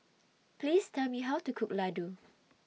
Please Tell Me How to Cook Ladoo